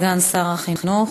סגן שר החינוך.